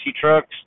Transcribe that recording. trucks